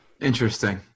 Interesting